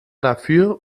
dafür